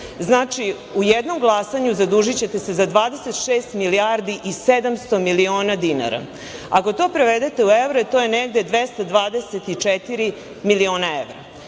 Znači, u jednom glasanju zadužićete se za 26 milijardi i 700 miliona dinara. Ako to prevedete u evre, to je negde 224 miliona evra. Ideja